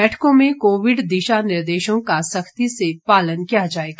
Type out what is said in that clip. बैठकों में कोविड दिशा निर्देशों का सख्ती से पालन किया जाएगा